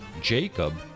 Jacob